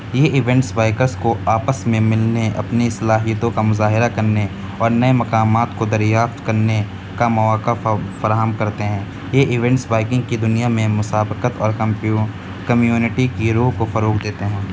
یہ events bikers کو آپس میں ملنے اپنی صلاحیتوں کا مظاہرہ کرنے اور نئے مقامات کو دریافت کرنے کا مواقع فراہم کرتے ہیں یہ ایوینٹس بائکنگ کی دنیا میں مسابقت اور کمیونٹی کی روح کو فروغ دیتے ہیں